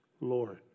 Lord